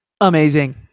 amazing